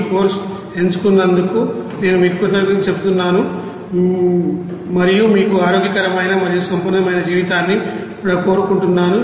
ఈ కోర్సును ఎంచుకున్నందుకు నేను మీకు కృతజ్ఞతలు తెలుపుతున్నాను మరియు మీకు ఆరోగ్యకరమైన మరియు సంపన్నమైన జీవితాన్ని కూడా కోరుకుంటున్నాను